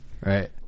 Right